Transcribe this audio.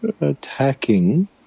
attacking